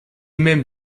même